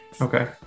Okay